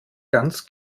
ganz